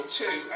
two